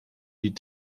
die